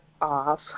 off